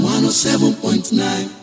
107.9